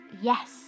Yes